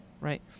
right